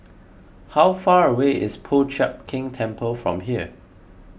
how far away is Po Chiak Keng Temple from here